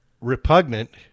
repugnant